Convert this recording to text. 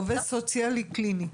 עובד סוציאלי קליני.